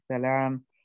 salam